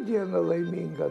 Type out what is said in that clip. diena laiminga